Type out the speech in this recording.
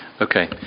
Okay